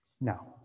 Now